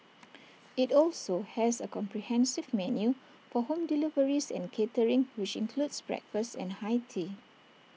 IT also has A comprehensive menu for home deliveries and catering which includes breakfast and high tea